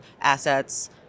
assets